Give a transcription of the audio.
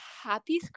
happy